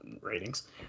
ratings